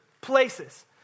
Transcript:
places